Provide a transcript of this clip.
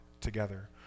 together